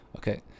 Okay